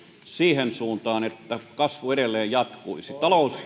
siihen suuntaan että kasvu edelleen jatkuisi